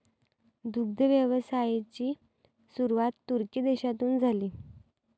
दुग्ध व्यवसायाची सुरुवात तुर्की देशातून झाली